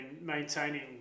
maintaining